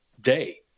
day